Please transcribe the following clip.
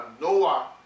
Noah